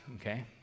Okay